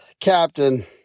Captain